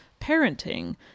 parenting